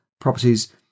properties